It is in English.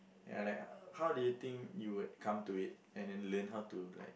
ya like how do you think you would come to it and then learn how to like